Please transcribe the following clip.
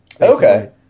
Okay